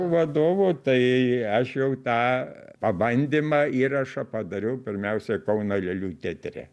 vadovu tai aš jau tą pabandymą įrašą padariau pirmiausia kauno lėlių teatre